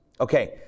Okay